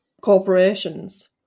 corporations